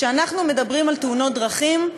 כשאנחנו מדברים על תאונות דרכים,